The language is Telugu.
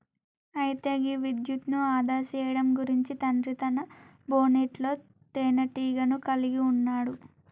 అయితే గీ విద్యుత్ను ఆదా సేయడం గురించి తండ్రి తన బోనెట్లో తీనేటీగను కలిగి ఉన్నాడు